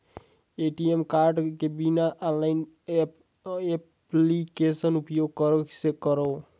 ATM card के बिना online application उपयोग कइसे करो?